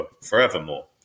forevermore